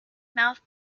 mouth